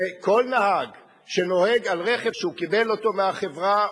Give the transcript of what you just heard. וכל נהג שנוהג ברכב שקיבל אותו מהחברה,